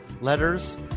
letters